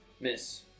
Miss